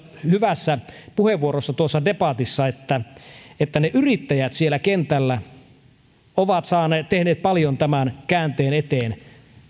hyvässä puheenvuorossaan tuossa debatissa että että ne yrittäjät siellä kentällä ovat tehneet paljon tämän käänteen eteen